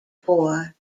four